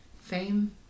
fame